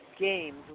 games